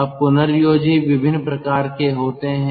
अब पुनर्योजी विभिन्न प्रकार के होते हैं